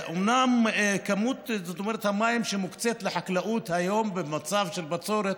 כמות המים שמוקצית לחקלאות היום במצב של בצורת,